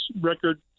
record